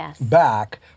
back